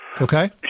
Okay